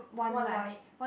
one night